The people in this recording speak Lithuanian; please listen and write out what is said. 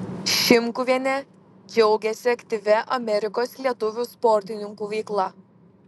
šimkuvienė džiaugiasi aktyvia amerikos lietuvių sportininkų veikla